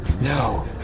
No